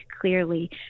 clearly